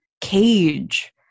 cage